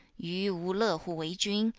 yu wu le hu wei jun,